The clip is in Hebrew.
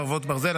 חרבות ברזל),